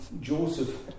Joseph